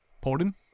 Pardon